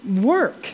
work